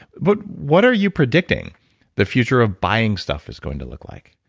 but what are you predicting the future of buying stuff is going to look like?